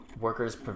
workers